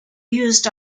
used